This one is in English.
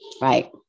right